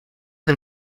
del